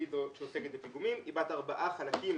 שעוסקת בפיגומים, היא בת ארבעה חלקים,